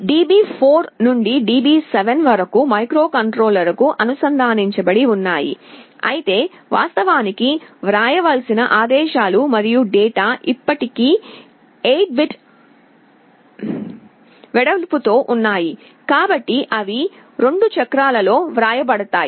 DB4 నుండి DB7 వరకు మైక్రోకంట్రోలర్కు అనుసంధానించబడి ఉన్నాయి అయితే వాస్తవానికి వ్రాయవలసిన ఆదేశాలు మరియు డేటా ఇప్పటికీ 8 బిట్ వెడల్పుతో ఉన్నాయి కాబట్టి అవి 2 చక్రాలలో వ్రాయబడతాయి